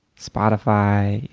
spotify, you